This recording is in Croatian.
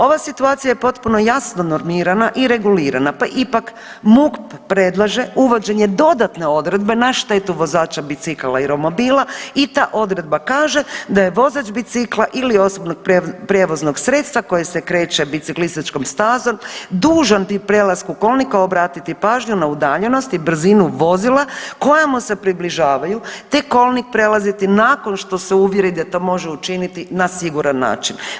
Ova situacija je potpuno jasno normirana i regulirana, pa ipak MUP predlaže uvođenje dodatne odredbe na štetu vozača bicikala i romobila i ta odredba kaže da je vozač bicikla ili osobnog prijevoznog sredstva koje se kreće biciklističkom stazom dužan pri prelasku kolnika obratiti pažnju na udaljenost i brzinu vozila koja mu se približavaju, te kolnik prelaziti nakon što se uvjeri da to može učiniti na siguran način.